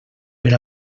per